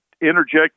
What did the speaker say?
interject